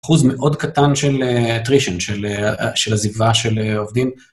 אחוז מאוד קטן של אטרישן, של עזיבה של עובדים.